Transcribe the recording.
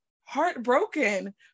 heartbroken